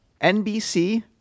NBC